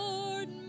Lord